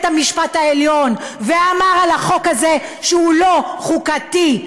המשפט העליון ואמר על החוק הזה שהוא לא חוקתי.